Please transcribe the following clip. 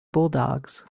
bulldogs